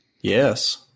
Yes